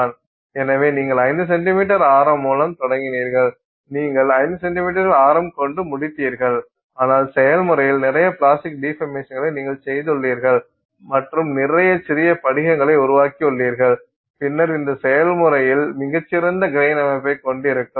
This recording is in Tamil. எனவே நீங்கள் 5 சென்டிமீட்டர் ஆரம் மூலம் தொடங்கினீர்கள் நீங்கள் 5 சென்டிமீட்டர் ஆரம் கொண்டு முடித்தீர்கள் ஆனால் செயல்முறையில் நிறைய பிளாஸ்டிக் டிபர்மேஷன்களைச் நீங்கள்செய்துள்ளீர்கள் மற்றும் நிறைய சிறிய படிகங்களை உருவாக்கியுள்ளீர்கள் பின்னர் இந்த செயல்முறையில் மிகச் சிறந்த கிரைன் அமைப்பைக் கொண்டிருக்கும்